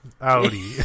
Audi